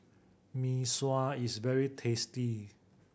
Mee Sua is very tasty